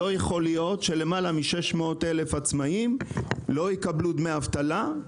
לא יכול להיות שלמעלה מ-600,000 עצמאים לא יקבלו דמי אבטלה,